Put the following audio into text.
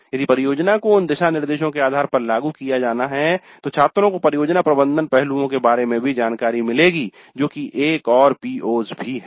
यदि परियोजना को उन दिशानिर्देशों के आधार पर लागू किया जाना है तो छात्रों को परियोजना प्रबंधन पहलुओं के बारे में भी जानकारी मिलेगी जो कि एक और PO's भी है